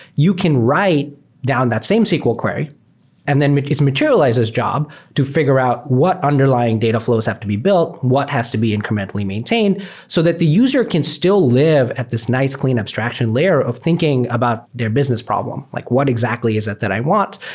you can write down that same sql query and then it's materialize's job to figure out what underlying dataflows have to be built. what has to be incrementally maintained so that the user can still live at this nice clean abstraction layer of thinking about their business problem, like what exactly is it that i want?